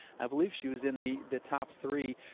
i believe she was in the the top three.